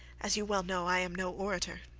as you well know, i am no orator.